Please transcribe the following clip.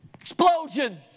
Explosion